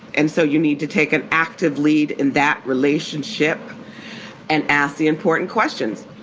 and so you need to take an active lead in that relationship and ask the important questions,